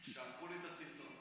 שלחו לי את הסרטון.